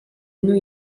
new